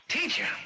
Teacher